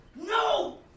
no